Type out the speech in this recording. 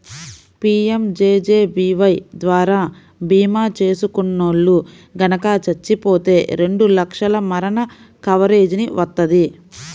PMJJBY ద్వారా భీమా చేసుకున్నోల్లు గనక చచ్చిపోతే రెండు లక్షల మరణ కవరేజీని వత్తది